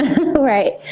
Right